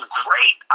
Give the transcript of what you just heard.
great